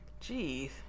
Jeez